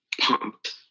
pumped